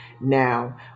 Now